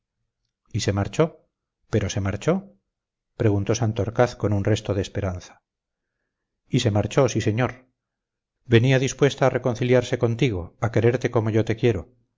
y se marchó pero se marchó preguntó santorcaz con un resto de esperanza y se marchó sí señor venía dispuesta a reconciliarse contigo a quererte como yo te quiero